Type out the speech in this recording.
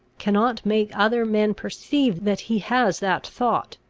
cannot make other men perceive that he has that thought.